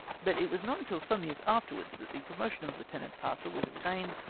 but it was not till some years afterwards that the promotion of lieutenant parker was obtained,